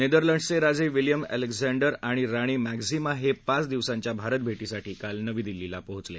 नेदरलँडसचे राजे William Alexander आणि राणी मॅक्झीमा हे पाच दिवसांघ्या भारत भेटीसाठी काल नवी दिल्लीला पोचले